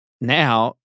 now